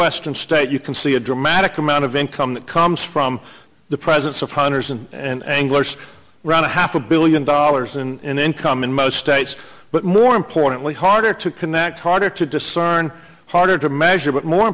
western state you can see a dramatic amount of income that comes from the presence of hundreds and run a half a billion dollars and then come in most states but more importantly harder to connect harder to discern harder to measure but more